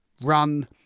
run